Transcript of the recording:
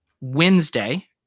Wednesday